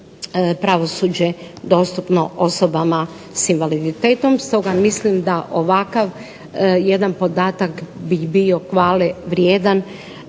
pravosuđe dostupno osobe sa invaliditetom. Stoga mislim da ovakav jedan podatak bi bio hvale vrijedan